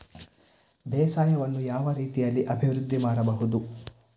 ಬೇಸಾಯವನ್ನು ಯಾವ ರೀತಿಯಲ್ಲಿ ಅಭಿವೃದ್ಧಿ ಮಾಡಬಹುದು?